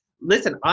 Listen